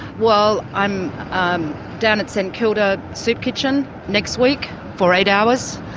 well i'm down at st kilda soup kitchen next week for eight hours.